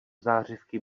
zářivky